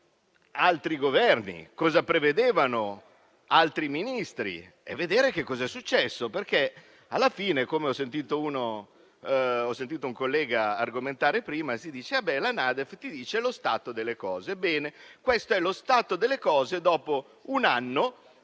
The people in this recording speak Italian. altri Governi e altri Ministri e vedere che cosa poi è successo, perché alla fine - come ho sentito un collega argomentare prima - la NADEF dice lo stato delle cose. Ebbene, questo è lo stato delle cose dopo un anno